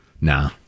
Nah